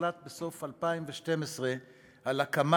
בסוף שנת 2012 הוחלט במשטרת ישראל להקים